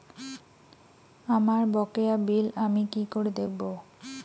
আমার বকেয়া বিল আমি কি করে দেখব?